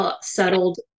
settled